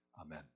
Amen